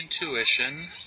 Intuition